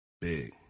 Big